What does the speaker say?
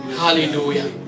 Hallelujah